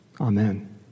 Amen